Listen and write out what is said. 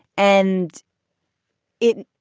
and it.